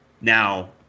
Now